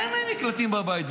אין מקלטים בבית.